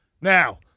Now